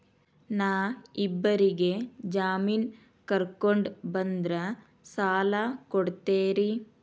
ನಾ ಇಬ್ಬರಿಗೆ ಜಾಮಿನ್ ಕರ್ಕೊಂಡ್ ಬಂದ್ರ ಸಾಲ ಕೊಡ್ತೇರಿ?